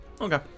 okay